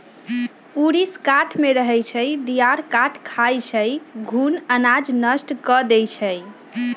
ऊरीस काठमे रहै छइ, दियार काठ खाई छइ, घुन अनाज नष्ट कऽ देइ छइ